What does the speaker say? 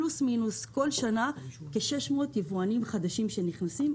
בכל שנה יש לנו כ-600 יבואנים חדשים שנכנסים.